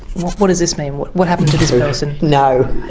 what what does this mean, what what happened to this person? no,